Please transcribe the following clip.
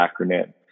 acronym